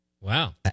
Wow